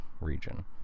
region